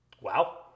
Wow